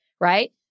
right